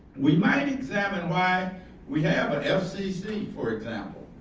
we might examine why we have ah an fcc for example.